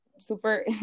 super